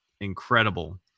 incredible